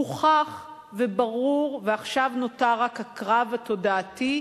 הוכח וברור, ועכשיו נותר רק הקרב התודעתי,